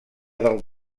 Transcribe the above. del